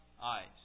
eyes